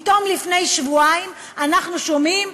פתאום לפני שבועיים אנחנו שומעים: